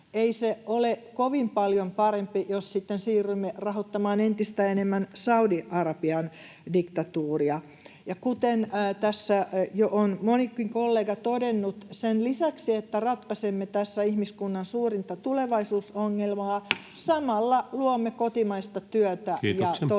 ei se ole kovin paljon parempi, jos sitten siirrymme rahoittamaan entistä enemmän Saudi-Arabian diktatuuria. Kuten tässä jo on monikin kollega todennut, sen lisäksi, että ratkaisemme tässä ihmiskunnan suurinta tulevaisuusongelmaa, samalla luomme kotimaista työtä ja toivoa